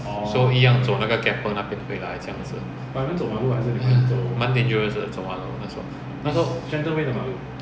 so 一样走那个 keppel 那边回来这样子蛮 dangerous 的走马路那时候那时候